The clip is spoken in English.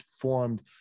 formed